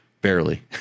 barely